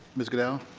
ms. goodell,